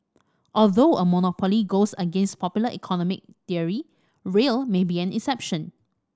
although a monopoly goes against popular economic theory rail may be an exception